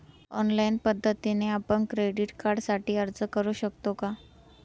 Online पद्धतीने आपण credit कार्डसाठी अर्ज करु शकतो का?